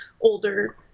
older